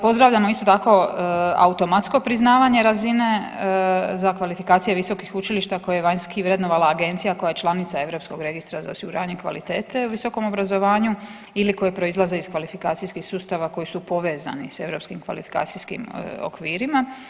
Pozdravljamo isto tako automatsko priznavanje razine za kvalifikacije visokih učilišta koje je vanjski vrednovala agencija koja je članica Europskog registra za osiguranje kvalitete u visokom obrazovanju ili koje proizlaze iz kvalifikacijskih sustava koji su povezani s europskim kvalifikacijskim okvirima.